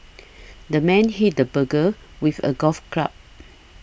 the man hit the burglar with a golf club